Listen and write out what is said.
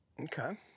Okay